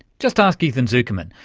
just ask ethan zuckerman,